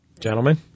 Gentlemen